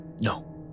No